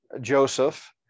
Joseph